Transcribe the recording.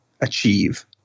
achieve